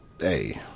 hey